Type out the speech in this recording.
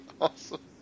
awesome